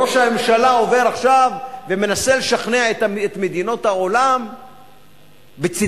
ראש הממשלה עובר עכשיו ומנסה לשכנע את מדינות העולם בצדקתנו.